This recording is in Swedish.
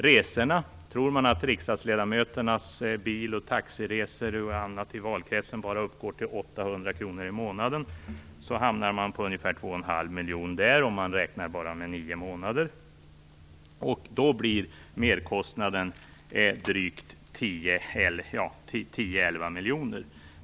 Om man tror att riksdagsledamöternas bil och taxiresor i valkretsen bara uppgår till 800 kr i månaden hamnar man där på ungefär 2,5 miljoner om man bara räknar med nio månader. Då blir merkostnaden 10-11 miljoner.